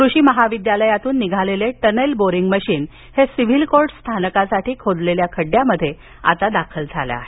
कृषी महाविद्यालयातून निघालेले टनेल बोरींग मशीन हे सिव्हिल कोर्ट स्थानकासाठी खोदलेल्या खड्ड्यात दाखल झाले आहे